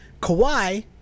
Kawhi